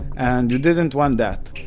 and you didn't want that.